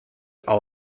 all